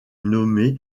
nommé